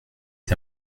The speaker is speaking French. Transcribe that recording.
est